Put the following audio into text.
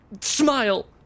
Smile